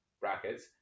brackets